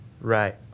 Right